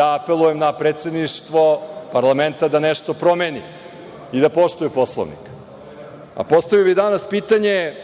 Apelujem na predsedništvo parlamenta da nešto promeni i da poštuje Poslovnik. Postavio bih danas pitanje